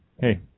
hey